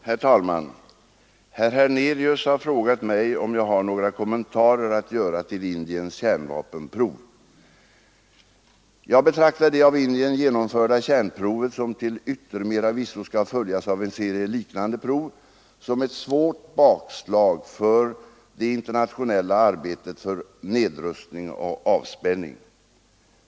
Herr talman! Herr Hernelius har frågat mig om jag har några kommentarer att göra till Indiens kärnvapenprov. Jag betraktar det av Indien genomförda kärnprovet, som till yttermera visso skall följas av en serie liknande prov, som ett svårt bakslag för det internationella arbetet för nedrustning och avspänning.